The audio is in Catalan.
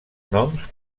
noms